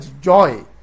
joy